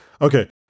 Okay